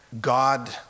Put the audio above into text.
God